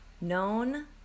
known